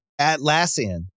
Atlassian